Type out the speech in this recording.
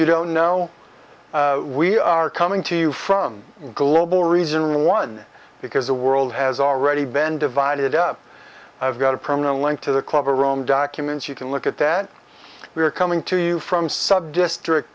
you don't know we are coming to you from global reason one because the world has already been divided up i've got a permanent link to the club a room documents you can look at that we're coming to you from subdistrict